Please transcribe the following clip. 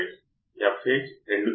సూత్రం చాలా సులభం Ib | Ib1 Ib2 | 2